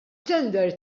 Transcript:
tender